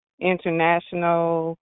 International